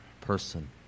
person